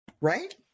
Right